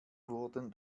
wurden